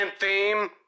theme